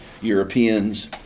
Europeans